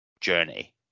journey